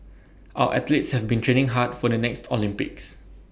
our athletes have been training hard for the next Olympics